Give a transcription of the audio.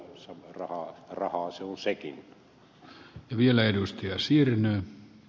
samaa rahaa se on sekin